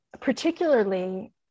particularly